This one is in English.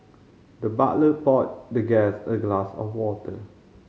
the butler poured the guest a glass of water